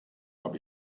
habe